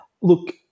look